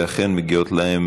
ואכן מגיעים להן